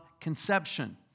conception